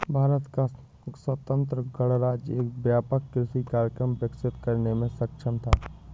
भारत का स्वतंत्र गणराज्य एक व्यापक कृषि कार्यक्रम विकसित करने में सक्षम था